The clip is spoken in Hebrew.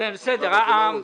קח את זה מהדוח של דני.